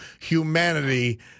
humanity